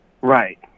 right